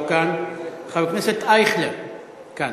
לא כאן, חבר הכנסת אייכלר כאן.